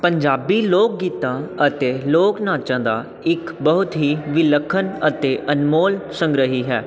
ਪੰਜਾਬੀ ਲੋਕ ਗੀਤਾਂ ਅਤੇ ਲੋਕ ਨਾਚਾਂ ਦਾ ਇੱਕ ਬਹੁਤ ਹੀ ਵਿਲੱਖਣ ਅਤੇ ਅਨਮੋਲ ਸੰਗ੍ਰਹਿ ਹੈ